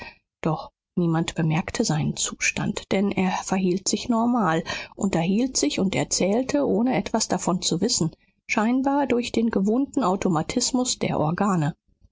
doch niemand bemerkte seinen zustand denn er verhielt sich normal unterhielt sich und erzählte ohne etwas davon zu wissen scheinbar durch den gewohnten automatismus der organe